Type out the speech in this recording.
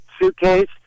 suitcase